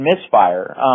misfire